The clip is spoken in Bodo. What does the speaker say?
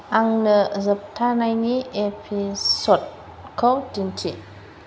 आंंनो जोबथायनायनि एपिसदखौ दिन्थि